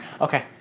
Okay